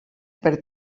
per